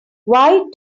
why